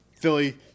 Philly